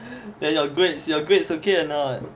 then your grades your grades okay or not